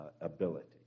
Ability